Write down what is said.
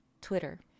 Twitter